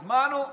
הזמנו.